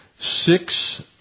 Six